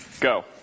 Go